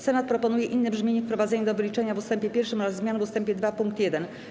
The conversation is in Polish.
Senat proponuje inne brzmienie wprowadzenia do wyliczenia w ust. 1 oraz zmiany w ust. 2 pkt 1.